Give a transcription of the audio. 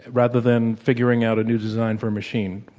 rather than figuring out a new design for a machine.